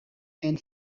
and